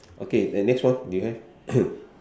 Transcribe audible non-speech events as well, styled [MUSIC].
okay then next one do you have [COUGHS]